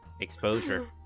Exposure